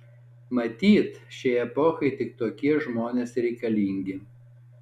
matyt šiai epochai tik tokie žmonės reikalingi